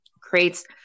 creates